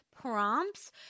prompts